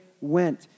went